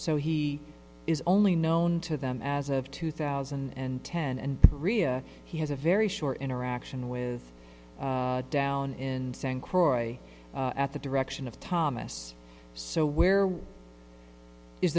so he is only known to them as of two thousand and ten and rhea he has a very short interaction with down in san croix at the direction of thomas so where is